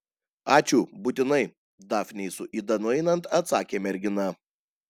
ačiū būtinai dafnei su ida nueinant atsakė mergina